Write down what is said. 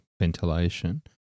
ventilation